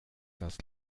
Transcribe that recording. das